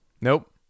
nope